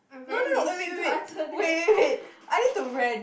no no no eh wait wait wait wait wait wait I need to rent